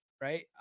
Right